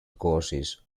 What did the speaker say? courses